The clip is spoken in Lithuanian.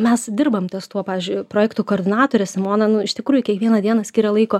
mes dirbam ties tuo pavyzdžiui projektų koordinatorė simona nu iš tikrųjų kiekvieną dieną skiria laiko